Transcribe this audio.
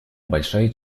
большая